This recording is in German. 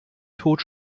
tod